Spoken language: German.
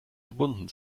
verbunden